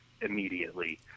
immediately